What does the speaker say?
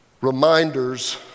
reminders